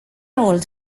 mult